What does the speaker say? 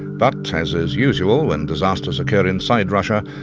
but, as is usual when disasters occur inside russia,